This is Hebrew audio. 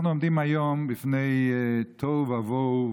אנחנו עומדים היום בפני תוהו ובוהו,